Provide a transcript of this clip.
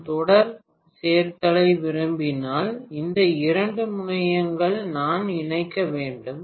நான் தொடர் சேர்த்தலை விரும்பினால் எந்த இரண்டு முனையங்களை நான் இணைக்க வேண்டும்